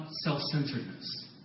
self-centeredness